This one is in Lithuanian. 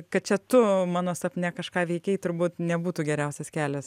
kad čia tu mano sapne kažką veikei turbūt nebūtų geriausias kelias